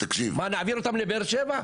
מה נעביר אותם לבאר שבע?